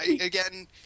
Again